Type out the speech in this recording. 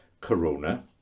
Corona